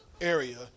area